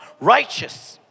righteous